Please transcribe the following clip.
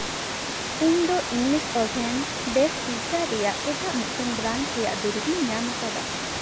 ᱤᱧ ᱫᱚ English oven best pizza ᱨᱮᱭᱟᱜ ᱮᱴᱟᱜ ᱢᱤᱫᱴᱟᱝ ᱵᱨᱟᱱᱰ ᱨᱮᱭᱟᱜ ᱫᱩᱨᱤᱵᱤᱧ ᱧᱟᱢᱟᱠᱟᱫᱟ